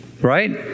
right